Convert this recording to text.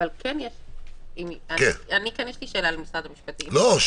כן יש לי שאלה למשרד המשפטים, אם אפשר.